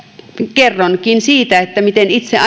kerronkin siitä miten itse